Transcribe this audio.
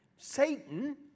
Satan